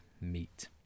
meet